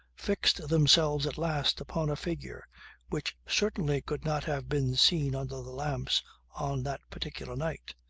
fixed themselves at last upon a figure which certainly could not have been seen under the lamps on that particular night.